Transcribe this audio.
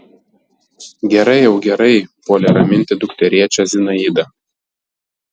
gerai jau gerai puolė raminti dukterėčią zinaida